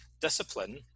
discipline